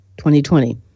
2020